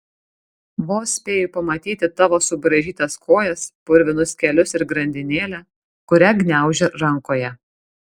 vos spėju pamatyti tavo subraižytas kojas purvinus kelius ir grandinėlę kurią gniauži rankoje